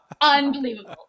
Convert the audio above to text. unbelievable